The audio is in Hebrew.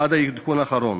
עד העדכון האחרון.